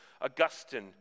Augustine